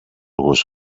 was